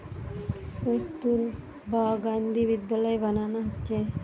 কস্তুরবা গান্ধী বিদ্যালয় বানানা হচ্ছে